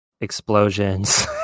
explosions